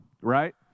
right